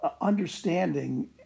understanding